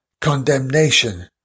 condemnation